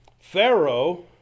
Pharaoh